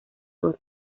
dra